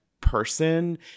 person